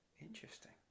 Interesting